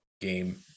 game